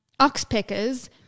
oxpeckers